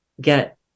get